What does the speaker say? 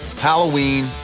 Halloween